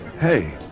hey